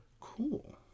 cool